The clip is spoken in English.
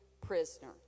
prisoner